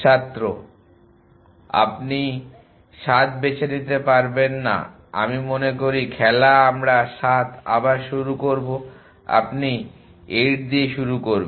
ছাত্র আপনি 7 বেছে নিতে পারবেন না আমি মনে করি খেলা আমরা 7 আবার শুরু করবো আপনি ৪ দিয়ে শুরু করবেন